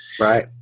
Right